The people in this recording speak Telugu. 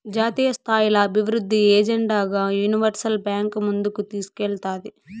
జాతీయస్థాయిల అభివృద్ధి ఎజెండాగా యూనివర్సల్ బాంక్ ముందుకు తీస్కేల్తాది